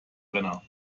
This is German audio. renner